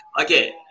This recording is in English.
okay